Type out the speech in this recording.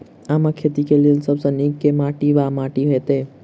आमक खेती केँ लेल सब सऽ नीक केँ माटि वा माटि हेतै?